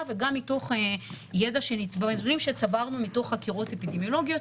וגם מתוך דברים שצברנו מתוך חקירות אפידמיולוגיות,